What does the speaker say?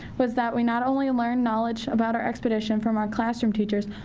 was that we not only learned knowledge about our expedition from our classroom teachers.